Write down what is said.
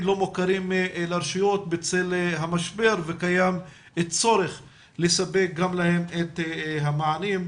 לא מוכרים לרשויות בצל המשבר וקיים צורך לספק גם להם את המענים.